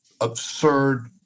absurd